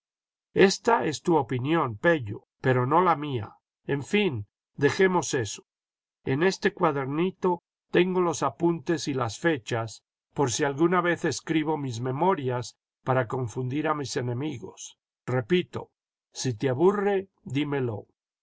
esta es tu opinión pello pero no la mía en fin dejemos eso en este cuadernito tengo los apuntes y las fechas por si alguna vez escribo mis memorias para confundir a mis enemigos repito si te aburre dímelo